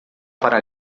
para